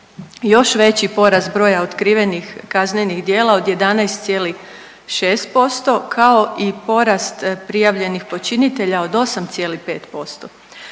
još veći porast broja otkrivenih kaznenih djela od 11,5% kao i porast prijavljenih počinitelja od 8,5%.